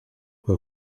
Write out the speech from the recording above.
que